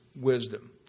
Wisdom